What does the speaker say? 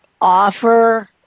offer